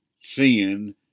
sin